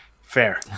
fair